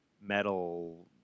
metal